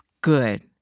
good